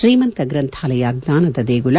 ಶ್ರೀಮಂತ ಗ್ರಂಥಾಲಯ ಜ್ಞಾನದ ದೇಗುಲ